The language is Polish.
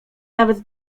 nawet